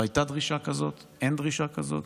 לא הייתה דרישה כזאת ואין דרישה כזאת.